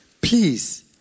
please